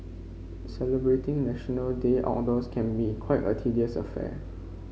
celebrating National Day outdoors can be quite a tedious affair